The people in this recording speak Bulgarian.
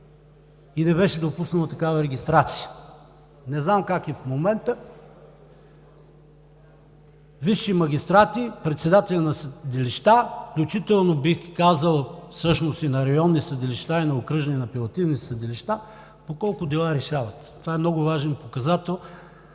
не беше допуснал такава регистрация. Не знам как е в момента. Висши магистрати, председатели на съдилища, включително, бих казал, и на районни съдилища, и на окръжни апелативни съдилища, по колко дела решават? Това е много важен показател